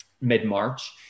mid-March